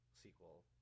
sequel